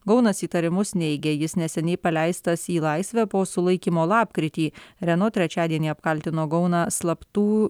gaunas įtarimus neigia jis neseniai paleistas į laisvę po sulaikymo lapkritį renault trečiadienį apkaltino gauną slaptų